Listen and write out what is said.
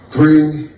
bring